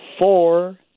Four